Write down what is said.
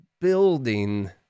building